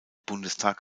bundestag